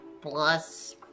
Plus